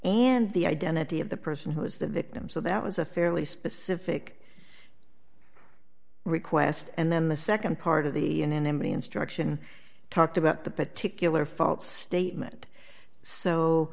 and the identity of the person who's the victim so that was a fairly specific request and then the nd part of the anonymity instruction talked about the particular false statement so